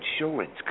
insurance